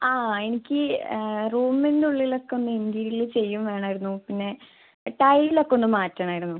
ആ എനിക്ക് റൂമിന്റുള്ളിലൊക്കൊന്ന് ഇൻടീര്യല് ചെയ്യും വേണായിരുന്നു പിന്നെ ടൈലൊക്കൊന്ന് മാറ്റണായിരുന്നു